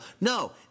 No